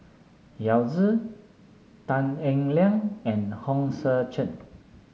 Yao Zi Tan Eng Liang and Hong Sek Chern